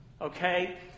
okay